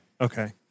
Okay